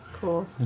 Cool